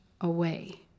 away